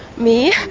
me?